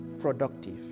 productive